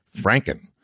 Franken